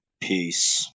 Peace